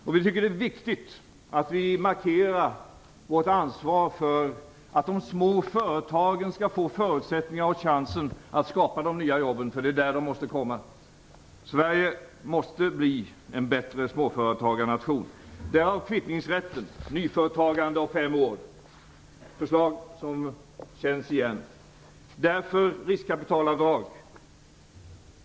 Vi tycker att det är viktigt att vi markerar vårt ansvar för att de små företagen skall få förutsättningar och chansen att skapa de nya jobben. Det är nämligen där de måste komma. Sverige måste bli en bättre småföretagarnation. Därav kvittningsrätten för nyföretagande om fem år; förslag som känns igen. Därför riskkapitalavdrag.